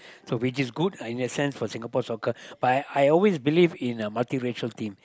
so which is good in the sense for Singapore soccer but I I always believe in a multiracial team